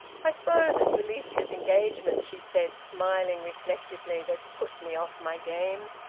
i suppose it's alicia's engagement, she said, smiling reflectively, that's put me off my game.